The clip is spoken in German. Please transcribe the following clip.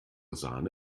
sahne